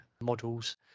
models